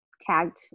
tagged